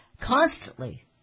constantly